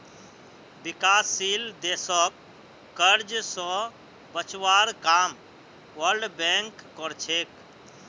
विकासशील देशक कर्ज स बचवार काम वर्ल्ड बैंक कर छेक